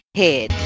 head